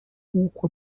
nk’uko